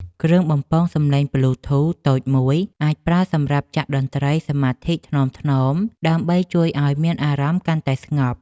គ្រឿងបំពងសំឡេងប៊្លូធូសតូចមួយ អាចប្រើសម្រាប់ចាក់តន្ត្រីសមាធិថ្នមៗ ដើម្បីជួយឱ្យមានអារម្មណ៍កាន់តែស្ងប់។